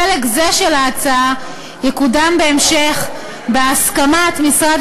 חלק זה של ההצעה יקודם בהמשך בהסכמת משרד